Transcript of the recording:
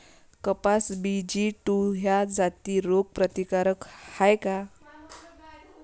कपास BG two ह्या जाती रोग प्रतिकारक हाये का?